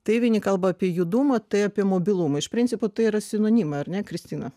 tai vieni kalba apie judumą tai apie mobilumą iš principo tai yra sinonimai ar ne kristina